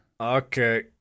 okay